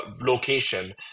location